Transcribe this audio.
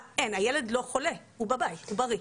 הילד לא חולה, הוא בבית, הוא בריא.